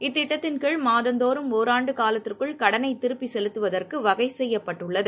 இத்திட்டத்தின் கீழ் மாதந்தோறும் ஒராண்டுகாலத்திற்குள் கடனைதிருப்பிசெலுத்துவதற்குவகைசெய்யப்பட்டுள்ளது